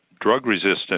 Drug-resistant